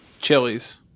chilies